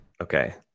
Okay